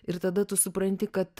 ir tada tu supranti kad